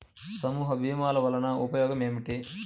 సమూహ భీమాల వలన ఉపయోగం ఏమిటీ?